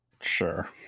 Sure